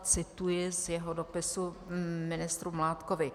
Cituji z jeho dopisu ministru Mládkovi: